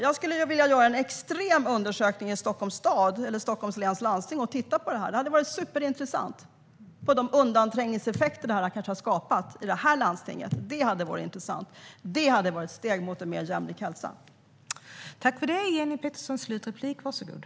Jag skulle vilja göra en extrem undersökning i Stockholms läns landsting och titta på de undanträngningseffekter som det här kanske har skapat i det landstinget. Det hade varit superintressant. Det hade varit ett steg mot mer jämlik hälsa.